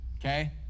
okay